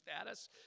status